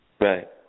Right